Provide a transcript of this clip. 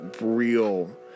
real